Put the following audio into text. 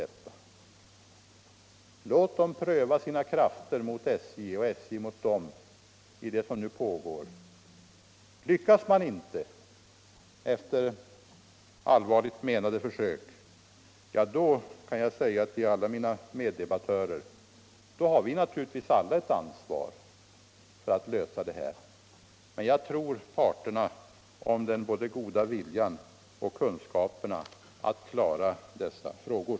Låt kommunalmännen och SJ pröva sina krafter mot varandra i de överläggningar som nu pågår. Lyckas man inte efter allvarligt menade försök nå ett positivt resultat, har vi alla — det vill jag säga till mina meddebattörer — ett ansvar för att lösa denna fråga. Jag tror emellertid parterna både om den goda viljan och om kunskaperna att klara dessa frågor.